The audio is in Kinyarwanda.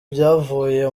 byavuye